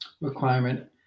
requirement